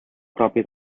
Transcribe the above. propi